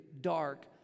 dark